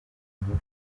nkuru